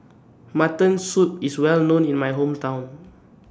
Mutton Soup IS Well known in My Hometown